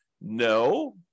No